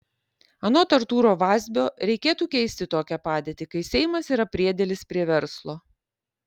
anot artūro vazbio reikėtų keisti tokią padėtį kai seimas yra priedėlis prie verslo